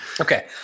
Okay